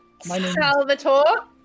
Salvatore